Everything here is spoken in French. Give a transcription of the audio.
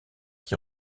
qui